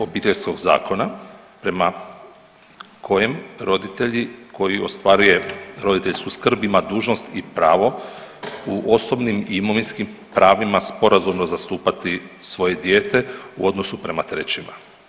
Obiteljskog zakona prema kojem roditelji koji ostvaruje roditeljsku skrb ima dužnost i pravo u osobnim i imovinskim pravima sporazumno zastupati svoje dijete u odnosu prema trećima.